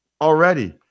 Already